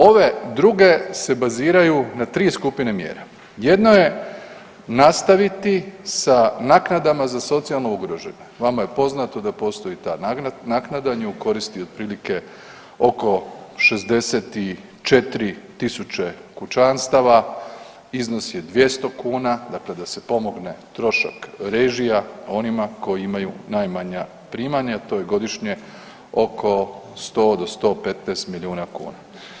Ove druge se baziraju na tri skupine mjera, jedna je nastaviti sa naknadama za socijalno ugrožene, vama je poznato da postoji ta naknada, nju koristi otprilike oko 64.000 kućanstava, iznos je 200 kuna dakle da se pomogne trošak režija onima koji imaju najmanja primanja, a to je godišnje oko 100 do 115 milijuna kuna.